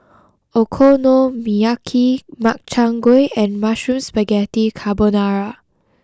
Okonomiyaki Makchang Gui and Mushroom Spaghetti Carbonara